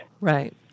Right